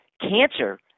cancer